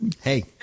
hey